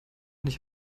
nicht